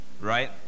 right